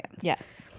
Yes